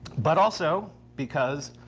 but also because,